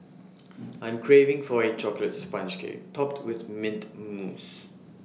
I am craving for A Chocolate Sponge Cake Topped with Mint Mousse